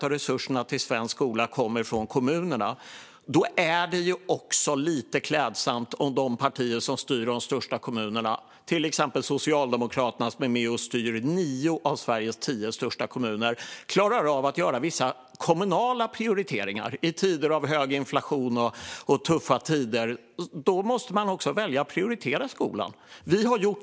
Av resurserna till svensk skola kommer 92 procent från kommunerna. Då vore det lite klädsamt om de partier som styr de största kommunerna - till exempel är Socialdemokraterna med och styr nio av Sveriges tio största kommuner - klarade av att göra vissa kommunala prioriteringar. I tuffa tider med hög inflation måste man välja att prioritera skolan.